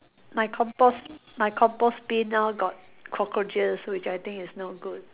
my compost my compost bin now got cockroaches which I think is not good